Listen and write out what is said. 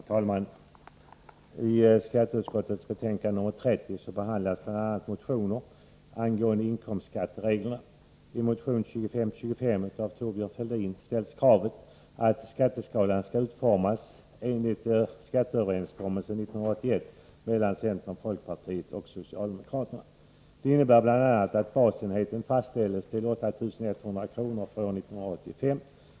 Herr talman! I skatteutskottets betänkande 30 behandlas bl.a. motioner angående inkomstskattereglerna. I motion 2525 av Thorbjörn Fälldin m.fl. ställs kravet att skatteskalan skall utformas enligt skatteöverenskommelsen 1981 mellan centerpartiet, folkpartiet och socialdemokraterna. Det krävs bl.a. att basenheten fastställs till 8 100 kr. för år 1985.